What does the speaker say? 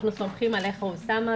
אנחנו סומכים עליך, אוסאמה.